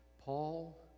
Paul